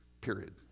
Period